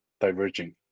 diverging